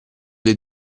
dei